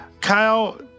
Kyle